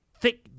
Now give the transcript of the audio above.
thick